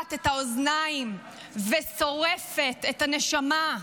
קורעת את האוזניים ושורפת את הנשמה.